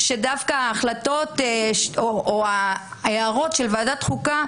שדווקא ההערות של ועדת החוקה,